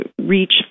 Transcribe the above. reach